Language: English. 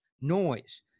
Noise